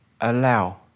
allow